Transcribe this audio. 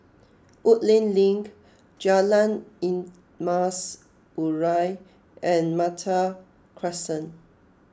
Woodleigh Link Jalan Emas Urai and Malta Crescent